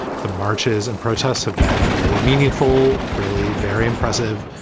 the marches and protests have been really meaningful, really very impressive.